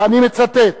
ואני מצטט: